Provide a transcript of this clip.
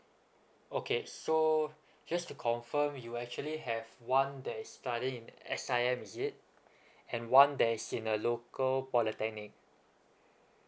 okay so just to confirm you're actually have one that is studying in S_I_M is it and one that's in a local polytechnic